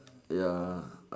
ya